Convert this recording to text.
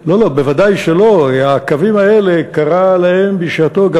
לא התכוונת לחזור למה שהיינו בגבולות